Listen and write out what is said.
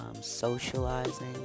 socializing